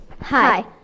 Hi